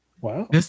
Wow